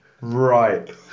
Right